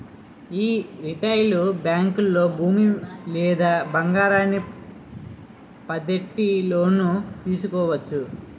యీ రిటైలు బేంకుల్లో భూమి లేదా బంగారాన్ని పద్దెట్టి లోను తీసుకోవచ్చు